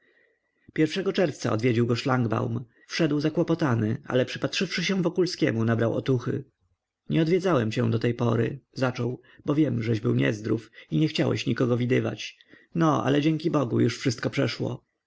pierwszego czerwca odwiedził go szlangbaum wszedł zakłopotany ale przypatrzywszy się wokulskiemu nabrał otuchy nie odwiedzałem cię do tej pory zaczął bo wiem żeś był niezdrów i nie chciałeś nikogo widywać no ale dzięki bogu już wszystko przeszło